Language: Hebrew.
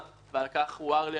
ועל כך הוער לי על-ידי